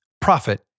profit